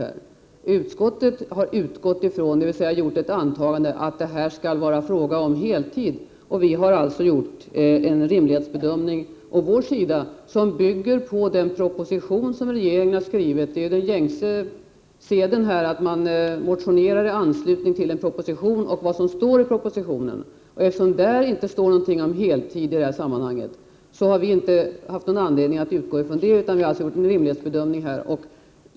Utskottet har utgått ifrån, dvs. gjort ett antagande, att det här skall vara fråga om heltid. Vi har å vår sida gjort en rimlighetsbedömning som bygger på den proposition som regeringen har skrivit. Det är den gängse seden här att man motionerar i anslutning till en proposition och vad som står i den. Eftersom det inte står någonting om heltid i det här sammanhanget, har vi inte haft någon anledning att utgå från det, utan vi har alltså gjort en rimlighetsbedömning.